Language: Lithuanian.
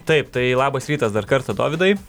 taip tai labas rytas dar kartą dovydai